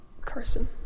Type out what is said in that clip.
Carson